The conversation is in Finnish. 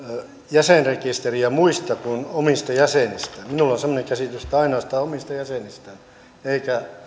jäsenrekisteriä muista kuin omista jäsenistään minulla on semmoinen käsitys että ainoastaan omista jäsenistään eikä